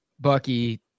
Bucky